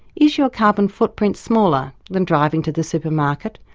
is your carbon footprint smaller than driving to the supermarket,